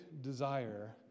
desire